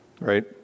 Right